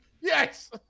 Yes